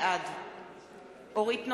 בעד אורית נוקד,